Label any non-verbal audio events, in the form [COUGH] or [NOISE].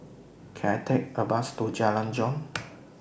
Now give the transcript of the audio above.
Can I Take A Bus to Jalan Jong [NOISE]